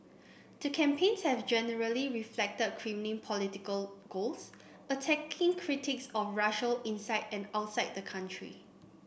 the campaigns have generally reflected Kremlin political goals attacking critics of Russia inside and outside the country